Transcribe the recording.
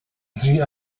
sie